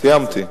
סיימתי.